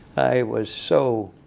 i was so